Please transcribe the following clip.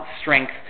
strength